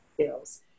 skills